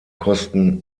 kosten